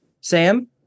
Sam